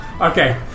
Okay